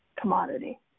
commodity